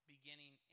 beginning